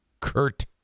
Kurt